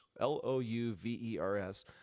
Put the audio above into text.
L-O-U-V-E-R-S